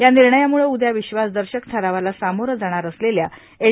या निर्णयामुळे उद्या विश्वासदर्शक ठरावाला सामोरं जाणार असलेल्या एच